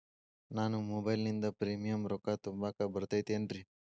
ನಾನು ಮೊಬೈಲಿನಿಂದ್ ಪ್ರೇಮಿಯಂ ರೊಕ್ಕಾ ತುಂಬಾಕ್ ಬರತೈತೇನ್ರೇ?